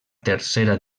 tercera